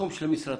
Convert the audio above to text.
של משרדך,